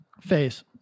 Face